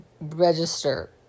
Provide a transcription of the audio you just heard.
register